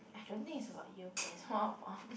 I don't think it is about it's more about